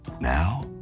Now